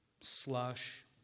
Slush